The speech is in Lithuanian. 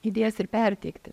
idėjas ir perteikti